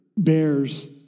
Bears